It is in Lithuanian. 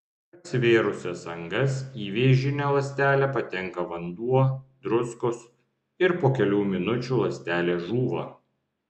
per atsivėrusias angas į vėžinę ląstelę patenka vanduo druskos ir po kelių minučių ląstelė žūva